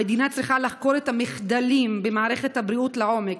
המדינה צריכה לחקור את המחדלים במערכת הבריאות לעומק,